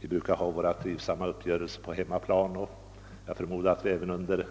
Vi brukar ha våra trivsamma uppgörelser på hemmaplan, och jag förmodar att vi kommer att mötas under den